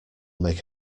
make